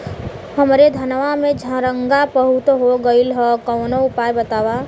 हमरे धनवा में झंरगा बहुत हो गईलह कवनो उपाय बतावा?